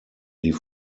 die